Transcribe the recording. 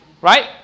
right